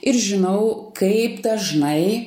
ir žinau kaip dažnai